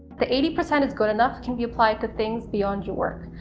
the eighty percent is good enough can be applied to things beyond your work.